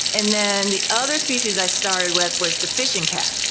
and then the other species i started with was the fishing cat.